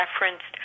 referenced